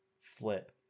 flip